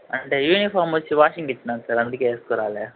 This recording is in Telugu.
అంటే యూనిఫామ్ వచ్చి వాషింగ్కి ఇచ్చినాను సార్ అందుకే ఏసుకురాలే